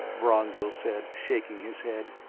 vorongil said shaking his head.